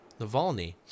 Navalny